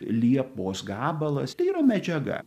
liepos gabalas tai yra medžiaga